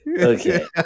Okay